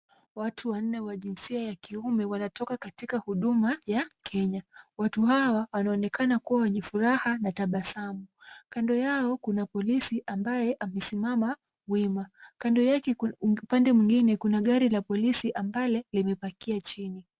Watu wanne wa jinsia ya kiume wanatoka katika huduma ya Kenya. Watu hawa wanaonekana kuwa wenye furaha na tabasamu. Kando yao kuna polisi ambaye amesimama wima. Kando yake, upande mwingine kuna gari la polisi ambale limepackia chini.